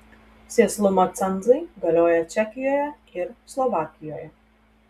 sėslumo cenzai galioja čekijoje ir slovakijoje